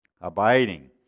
Abiding